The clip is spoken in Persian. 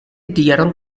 دیگران